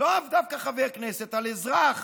לאו דווקא חבר כנסת, על אזרח